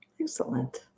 Excellent